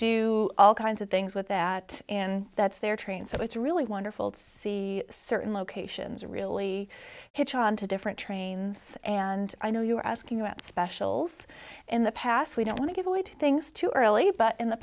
do all kinds of things with that and that's their train so it's really wonderful to see certain locations really hitch on to different trains and i know you were asking about specials in the past we don't want to give away things too early but in the